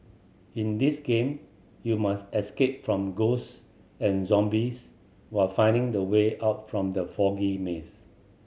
in this game you must escape from ghost and zombies while finding the way out from the foggy maze